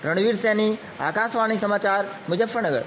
रणवीर सिंह सैनी आकाशवाणी समाचार मुजफ्फरनगर